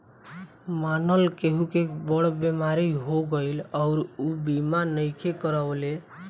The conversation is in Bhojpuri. मानल केहु के बड़ बीमारी हो गईल अउरी ऊ बीमा नइखे करवले